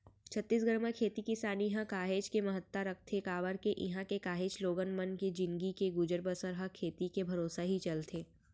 छत्तीसगढ़ म खेती किसानी ह काहेच के महत्ता रखथे काबर के इहां के काहेच लोगन मन के जिनगी के गुजर बसर ह खेती के भरोसा ही चलथे